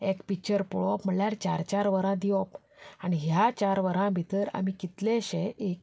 एक पिक्चर पळोवप म्हळ्यार चार चार वरां दिवप आनी ह्या चार वरां भितर आमी कितलेशे